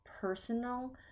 personal